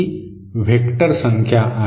ही सदिश संख्या आहे